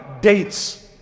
dates